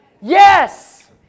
Yes